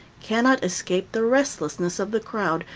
cannot escape the restlessness of the crowd,